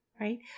right